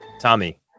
tommy